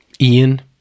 ian